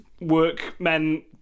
workmen